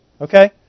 Okay